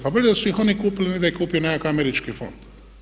Pa bolje da su ih oni kupili nego da ih kupi nekakav američki fond.